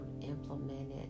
implemented